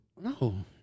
no